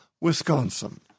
Wisconsin